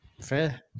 fair